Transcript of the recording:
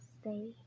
stay